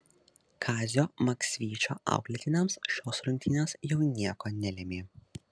kazio maksvyčio auklėtiniams šios rungtynės jau nieko nelėmė